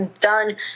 done